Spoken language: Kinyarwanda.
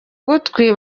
ugutwi